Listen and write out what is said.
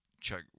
check